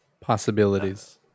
possibilities